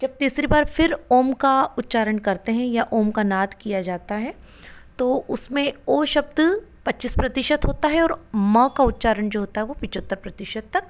जब तीसरी बार फिर ओम का उच्चारण करते हैं या ओम का नाद किया जाता है तो उसमें ओ शब्द पचीस प्रतिशत होता है और म का उच्चारण जो होता है वो पचहत्तर प्रतिशत तक